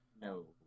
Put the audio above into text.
No